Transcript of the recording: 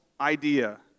idea